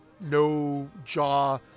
no-jaw